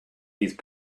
these